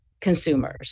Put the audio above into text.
consumers